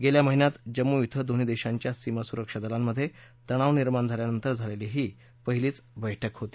गेल्या महिन्यात जम्मू क्वे दोन्ही देशांच्या सीमा सुरक्षा दलांमध्ये तणाव निर्माण झाल्यानंतर झालेली ही पहिली बैठक होती